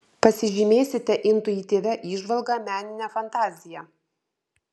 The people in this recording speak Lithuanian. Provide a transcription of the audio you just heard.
pasižymėsite intuityvia įžvalga menine fantazija